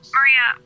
Maria